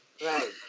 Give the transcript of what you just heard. Right